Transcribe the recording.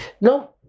No